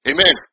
Amen